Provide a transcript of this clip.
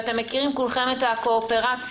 אתם מכירים כולכם את הקואופרציה.